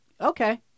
okay